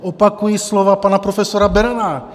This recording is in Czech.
Opakuji slova pana profesora Berana.